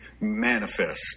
manifest